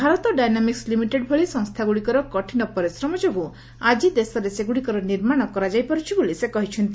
Bharat dynamics limited ଭଳି ସଂସ୍ଥାଗୁଡ଼ିକର କଠିନ ପରିଶ୍ରମ ଯୋଗୁଁ ଆଜି ଦେଶରେ ସେଗୁଡ଼ିକର ନିର୍ମାଣ କରାଯାଇପାରୁଛି ବୋଲି ସେ କହିଛନ୍ତି